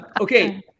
Okay